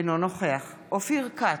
אינו נוכח אופיר כץ,